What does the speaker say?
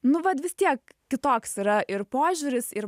nu vat vis tiek kitoks yra ir požiūris ir